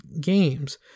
Games